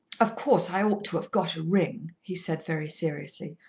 of course, i ought to have got a ring, he said very seriously,